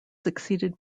succeeded